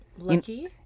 lucky